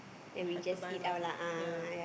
you have to buy lah ya